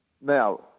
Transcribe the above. Now